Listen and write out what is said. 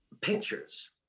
pictures